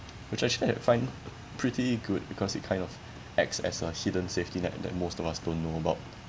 which actually I find pretty good because it kind of acts as a hidden safety net that most of us don't know about